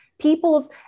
people's